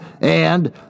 And